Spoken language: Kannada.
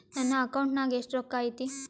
ನನ್ನ ಅಕೌಂಟ್ ನಾಗ ಎಷ್ಟು ರೊಕ್ಕ ಐತಿ?